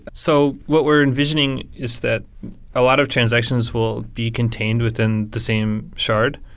so what we're envisioning is that a lot of transactions will be contained within the same shard.